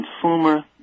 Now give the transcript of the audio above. consumer